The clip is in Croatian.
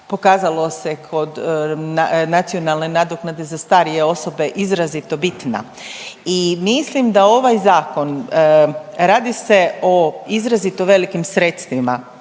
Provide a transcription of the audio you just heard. pokazalo se kod nacionalne nadoknade za starije osobe izrazito bitna i mislim da ovaj zakon radi se o izrazito velikim sredstvima